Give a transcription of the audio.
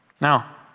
Now